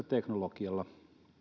teknologialla